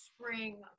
spring